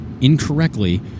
incorrectly